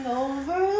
over